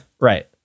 right